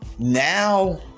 Now